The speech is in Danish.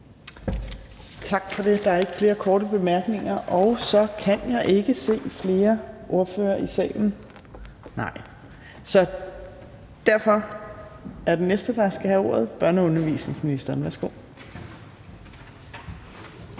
Tak for det. Der er ikke flere korte bemærkninger. Jeg kan ikke se flere ordførere i salen, så derfor er den næste, der skal have ordet, børne- og undervisningsministeren. Værsgo.